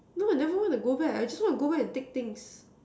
no I never want to go back I just want to go back and take things